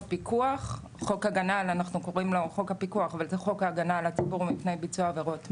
הפיקוח" שהוא בעצם חוק ההגנה על הציבור מפני ביצוע עבירות מין,